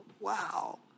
wow